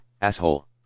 asshole